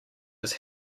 his